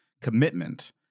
commitment